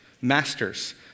Masters